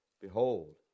Behold